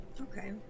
Okay